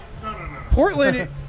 Portland